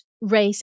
race